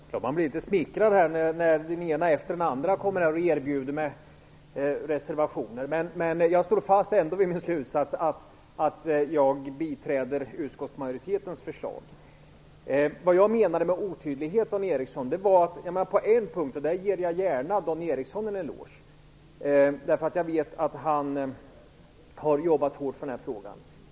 Herr talman! Jag blir litet smickrad när den ene efter den andre erbjuder mig anslutning till reservationer, men jag står ändå fast vid min slutsats att jag biträder utskottsmajoritetens förslag. Vad jag menade med talet om otydlighet, Dan Ericsson, var följande - och där ger jag gärna Dan Ericsson en eloge, eftersom han har arbetat hårt med den frågan.